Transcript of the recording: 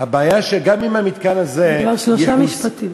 הבעיה שגם אם המתקן הזה, זה כבר שלושה משפטים.